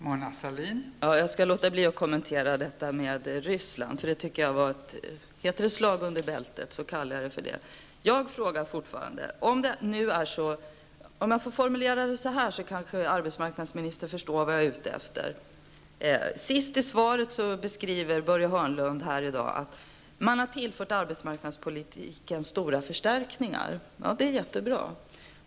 Fru talman! Jag skall låta bli att kommentera detta med Ryssland. Det tycker jag var ett slag under bältet. Om jag får formulera det så här kanske arbetsmarknadsministern förstår vad jag är ute efter. Sist i svaret beskriver Börje Hörnlund här i dag att man har tillfört arbetsmarknadspolitiken stora förstärkningar. Det är jättebra.